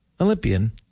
Olympian